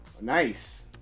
Nice